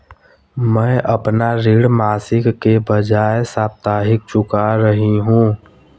मैं अपना ऋण मासिक के बजाय साप्ताहिक चुका रही हूँ